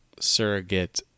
surrogate